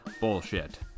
bullshit